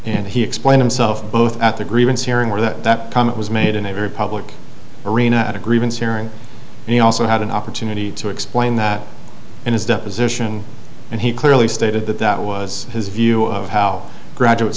and he explained himself both at the grievance hearing or that that comment was made in a very public arena at a grievance hearing and he also had an opportunity to explain that in his deposition and he clearly stated that that was his view of how graduate